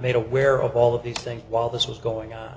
made aware of all of these things while this was going on